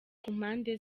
kumpande